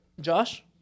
Josh